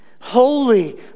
Holy